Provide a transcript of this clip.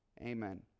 Amen